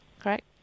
correct